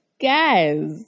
Guys